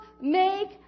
make